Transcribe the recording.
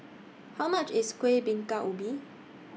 How much IS Kueh Bingka Ubi